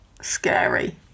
Scary